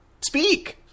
Speak